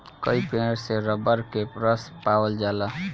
कई पेड़ से रबर के रस पावल जाला